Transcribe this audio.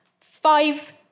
five